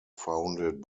founded